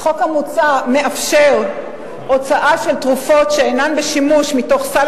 החוק המוצע מאפשר הוצאה של תרופות שאינן בשימוש מתוך סל